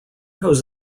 jose